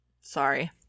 Sorry